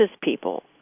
people